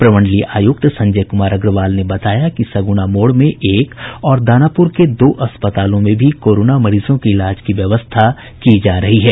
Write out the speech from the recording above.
प्रमंडलीय आयुक्त संजय कुमार अग्रवाल ने बताया कि सगुना मोड़ में एक और दानापुर के दो अस्पतालों में भी कोरोना मरीजों के इलाज की व्यवस्था की जा रही है